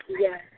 Yes